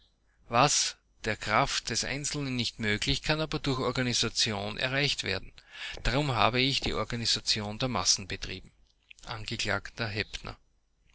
was der kraft des einzelnen nicht möglich kann aber durch die organisation sation erreicht werden darum habe ich die organisation der massen betrieben